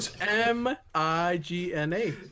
M-I-G-N-A